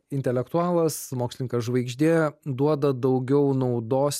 intelektualas mokslininkas žvaigždė duoda daugiau naudos